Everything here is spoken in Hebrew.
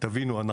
תבינו,